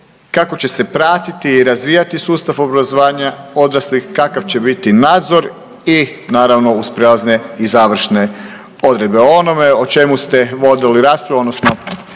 kako će se pratiti i razvijati sustav obrazovanja odraslih, kakav će biti nadzor i naravno uz prijelazne i završne odredbe. O onome o čemu ste vodili raspravu, odnosno